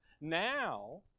Now